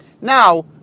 Now